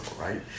right